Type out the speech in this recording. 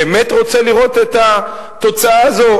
באמת רוצה לראות את התוצאה הזו?